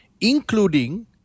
including